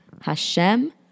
Hashem